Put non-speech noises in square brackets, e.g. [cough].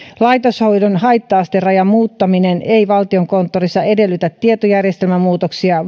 laitoshoidon haitta asterajan muuttaminen ei valtiokonttorissa edellytä tietojärjestelmämuutoksia [unintelligible]